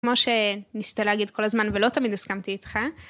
כמו שניסית להגיד כל הזמן ולא תמיד הסכמתי איתך.